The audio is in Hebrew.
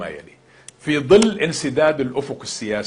C. "אנחנו אומרים את הדבר הבא: לאור הקיפאון המדיני,